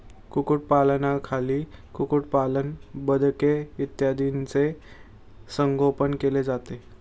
कुक्कुटपालनाखाली कुक्कुटपालन, बदके इत्यादींचे संगोपन केले जाते